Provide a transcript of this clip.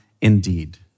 indeed